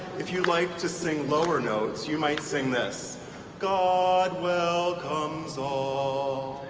if you like to sing lower notes, you might sing this god welcomes all,